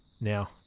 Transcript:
Now